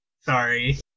sorry